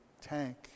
tank